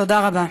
תודה רבה.